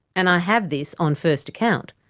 and i have this on first account.